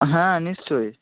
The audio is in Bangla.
হ্যাঁ নিশ্চয়ই